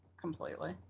completely